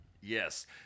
Yes